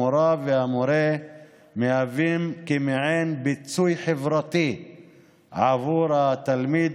המורָה והמורֶה הם מעין פיצוי חברתי בעבור התלמיד,